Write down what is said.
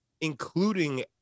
including